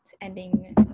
ending